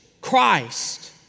Christ